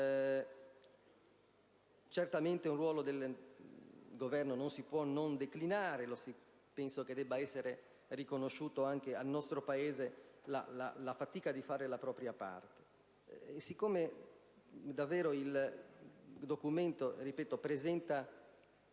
Certamente, un ruolo del Governo non si può non declinare. Penso debba essere riconosciuta anche al nostro Paese la fatica di fare la sua parte. Siccome davvero il documento presenta